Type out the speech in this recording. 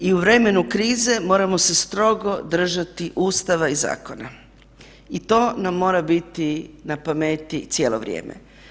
I u vremenu krize moramo se strogo držati Ustava i zakona i to nam mora biti na pameti cijelo vrijeme.